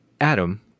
Adam